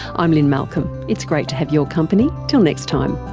i'm lynne malcolm, its great to have your company, till next time